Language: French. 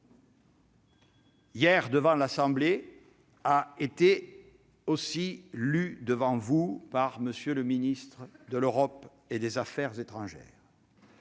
hier devant l'Assemblée nationale, a été lu devant vous par M. le ministre de l'Europe et des affaires étrangères.